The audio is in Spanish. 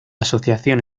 asociación